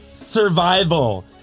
survival